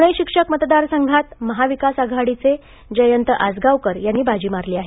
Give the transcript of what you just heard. पुणे शिक्षक मतदारसंघात महाविकास आघाडीचे जयंत आसगावकर यांनी बाजी मारली आहे